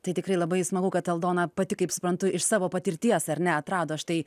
tai tikrai labai smagu kad aldona pati kaip suprantu iš savo patirties ar ne atrado štai